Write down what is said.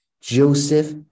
Joseph